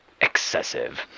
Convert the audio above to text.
excessive